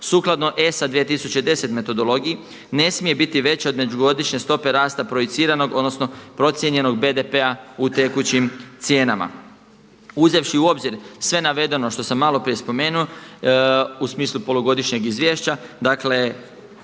sukladno ESA 2010. metodologiji ne smije biti veća od međugodišnje stope rasta projiciranog, odnosno procijenjenog BDP-a u tekućim cijenama. Uzevši u obzir sve navedeno što sam malo prije spomenuo u smislu polugodišnjeg izvješća, dakle